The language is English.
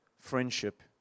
friendship